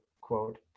quote